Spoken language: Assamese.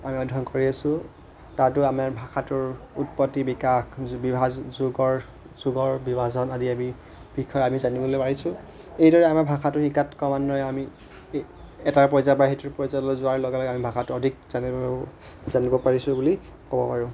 আমি অধ্যয়ন কৰি আছোঁ তাতো আমাৰ ভাষাটোৰ উৎপত্তি বিকাশ যুগৰ বিভাজন আদি আমি বিষয়ে আমি জানিব পাৰিছোঁ এইদৰে আমাৰ ভাষাটো শিকাত ক্ৰমান্বয়ে আমি এটা পৰ্যায় বা সেইটোৰ পৰ্যায়লৈ যোৱাৰ লগে লগে আমি ভাষাটো অধিক জানিব জানিব পাৰিছোঁ বুলি ক'ব পাৰোঁ